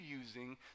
using